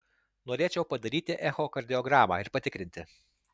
norėčiau padaryti echokardiogramą ir patikrinti